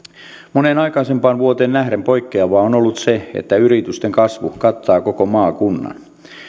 moneen aikaisempaan vuoteen nähden poikkeavaa on ollut se että yritysten kasvu kattaa koko maakunnan